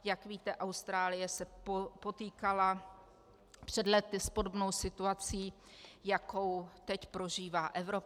Jak víte, Austrálie se potýkala před lety s podobnou situací, jakou teď prožívá Evropa.